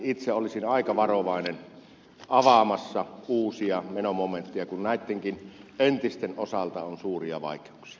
itse olisin aika varovainen avaamaan uusia menomomentteja kun näitten entistenkin osalta on suuria vaikeuksia